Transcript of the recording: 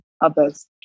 others